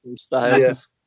styles